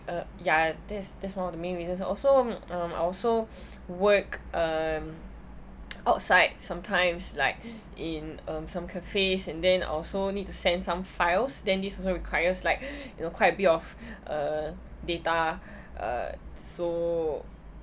uh ya that's that's one of the main reasons also um I also work um outside sometimes like in um some cafes and then also need to send some files then this also requires like you know quite a bit of uh data uh so